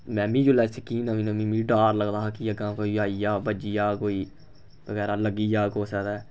में बी जिसलै सिक्खी ही नमीं नमीं मिगी बी डर लगदा हा कि अग्गा दा कोई आई जा बज्जी जाह्ग कोई बगैरा लग्गी जाह्ग कुसै दे